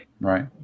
Right